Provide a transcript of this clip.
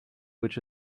which